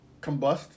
combust